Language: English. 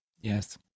Yes